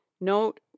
Note